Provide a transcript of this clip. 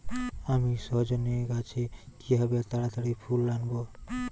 আমি সজনে গাছে কিভাবে তাড়াতাড়ি ফুল আনব?